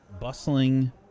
bustling